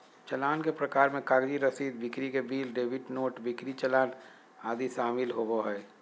चालान के प्रकार मे कागजी रसीद, बिक्री के बिल, डेबिट नोट, बिक्री चालान आदि शामिल होबो हय